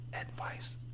advice